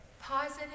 Positive